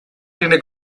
tiene